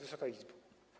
Wysoka Izbo!